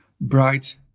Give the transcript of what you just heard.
bright